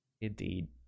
Indeed